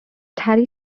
terry